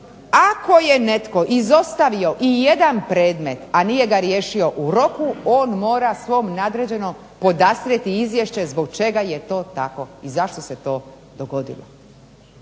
Ako je netko izostavio i jedan predmet, a nije ga riješio u roku on mora svom nadređenom podastrijeti izvješće zbog čega je to tako i zašto se to dogodilo.